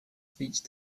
speech